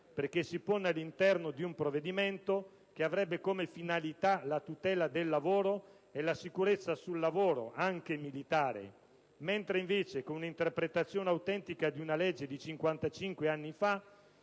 perché si pone all'interno di un provvedimento che avrebbe come finalità la tutela del lavoro e la sicurezza sul lavoro, anche militare, mentre invece, con un'interpretazione autentica di una legge di 55 anni fa,